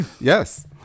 Yes